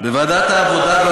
בוועדת העבודה,